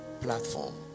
platform